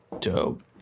Dope